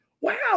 wow